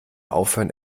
aufhören